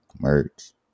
merch